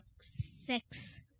Six